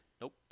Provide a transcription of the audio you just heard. Nope